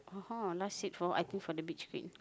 ha ha last seat for I think for the beach queen